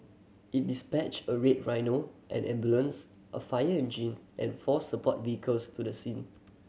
it dispatched a Red Rhino an ambulance a fire engine and four support vehicles to the scene